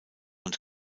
und